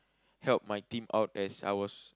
help my team out as I was